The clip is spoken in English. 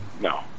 No